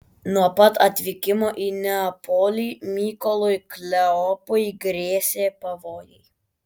nuo pat atvykimo į neapolį mykolui kleopui grėsė pavojai